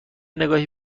نگاهی